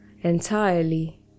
entirely